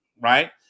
Right